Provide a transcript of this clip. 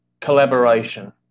collaboration